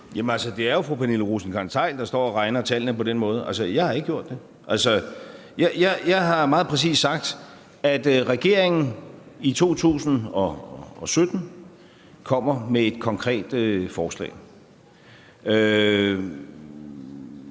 Jamen det er fru Pernille Rosenkrantz-Theil, der står og regner på tallene på den måde. Altså, jeg har ikke gjort det. Jeg har meget præcist sagt, at regeringen i 2017 kommer med et konkret forslag.